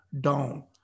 down